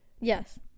Yes